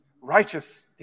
righteous